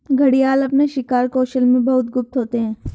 घड़ियाल अपने शिकार कौशल में बहुत गुप्त होते हैं